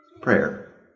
prayer